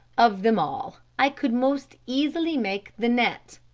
of them all, i could most easily make the net,